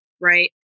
right